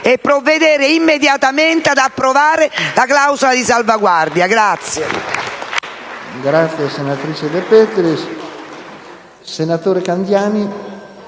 e provvedere immediatamente ad approvare la clausola di salvaguardia.